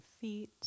feet